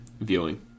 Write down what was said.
viewing